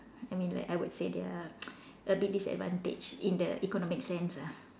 I mean like I would say they are a bit disadvantaged in the economic sense ah